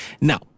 Now